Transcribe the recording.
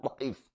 life